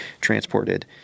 transported